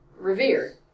revered